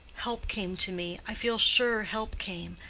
help came to me. i feel sure help came.